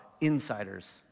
insiders